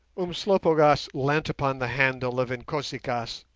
umslopogaas leant upon the handle of inkosi-kaas,